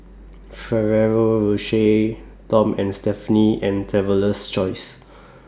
Ferrero Rocher Tom and Stephanie and Traveler's Choice